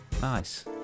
nice